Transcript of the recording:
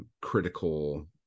critical